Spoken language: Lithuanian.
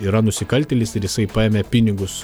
yra nusikaltėlis ir jisai paėmė pinigus